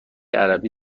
عربی